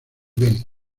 benny